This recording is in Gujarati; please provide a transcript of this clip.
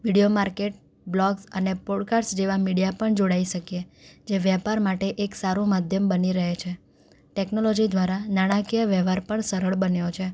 વિડીયો માર્કેટ બ્લૉગ્સ અને પૉડકાસ્ટ જેવાં મીડિયા પણ જોડાઈ શકીએ જે વ્યાપાર માટે એક સારો માધ્યમ બની રહે છે ટેક્નોલૉજી દ્વારા નાણાકીય વ્યવહાર પણ સરળ બન્યો છે